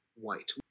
white